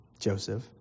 Joseph